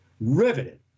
riveted